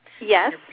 yes